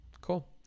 Cool